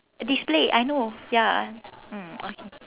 display I know ya mm okay